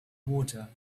water